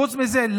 חוץ מזה,